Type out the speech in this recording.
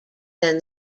than